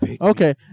Okay